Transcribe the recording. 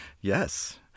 Yes